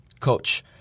coach